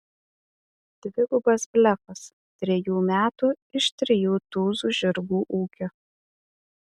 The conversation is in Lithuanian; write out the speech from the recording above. dvigubas blefas trejų metų iš trijų tūzų žirgų ūkio